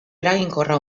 eraginkorra